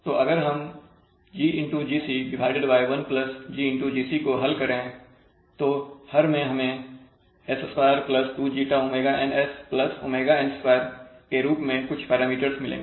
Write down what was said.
तो अगर हम GGc 1GGc को हल करें तो हर में हमें S2 2ζ ωnS ωn2 के रूप में कुछ पैरामीटर्स मिलेंगे